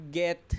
get